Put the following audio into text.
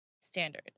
standard